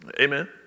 Amen